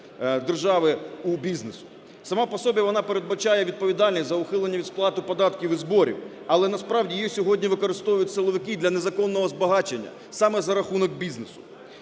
Сама по собі вона передбачає відповідальність за ухилення від сплати податків і зборів, але, насправді, її сьогодні використовують силовики для незаконного збагачення саме за рахунок бізнесу.